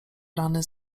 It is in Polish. rany